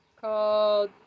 Called